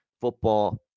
football